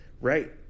right